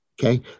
Okay